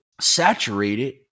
saturated